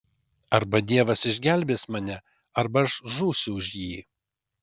arba dievas išgelbės mane arba aš žūsiu už jį